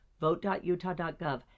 Vote.utah.gov